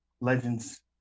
legends